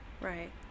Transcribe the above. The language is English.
right